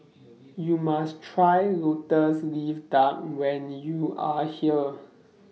YOU must Try Lotus Leaf Duck when YOU Are here